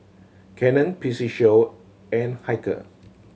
Canon P C Show and Hilker